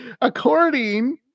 according